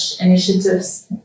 initiatives